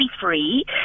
free